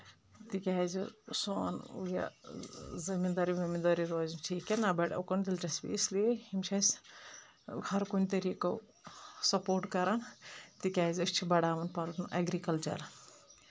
تِکیازِ سون یہِ زٔمیٖندٲری ؤمیٖندٲری روزِنہٕ ٹھیٖک کیٚنہہ نہ بَڑِ اوٚکُن دِلچسپی اس لیے یِم چھِ اَسہِ ہر کُنہِ طٔریٖقو سپوٹ کران تِکیازِ أسۍ چھِ بَڑاوان پنُن اؠگرِکَلچر